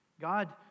God